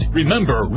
Remember